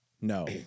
no